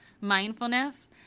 mindfulness